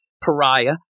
Pariah